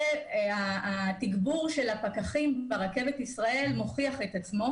התגבור של הפקחים מוכיח את עצמו,